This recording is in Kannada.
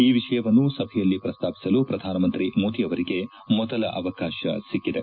ಈ ವಿಷಯವನ್ನು ಸಭೆಯಲ್ಲಿ ಪ್ರಸ್ತಾಪಿಸಲು ಪ್ರಧಾನಮಂತ್ರಿ ಮೋದಿ ಅವರಿಗೆ ಮೊದಲ ಅವಕಾಶ ಸಿಕ್ಕಿದೆ